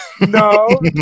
No